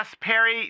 Perry